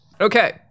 okay